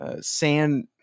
Sand